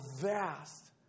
vast